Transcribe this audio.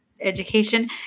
Education